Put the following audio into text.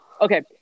Okay